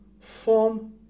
form